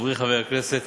חברי חברי הכנסת,